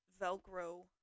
Velcro